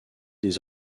des